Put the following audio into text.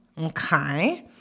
okay